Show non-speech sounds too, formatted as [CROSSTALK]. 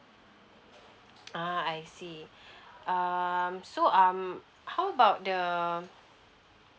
ah I see [BREATH] um so um how about the